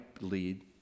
lead